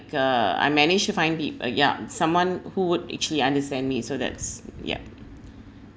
uh I managed to find the uh yup someone who would actually understand me so that's yup